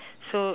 so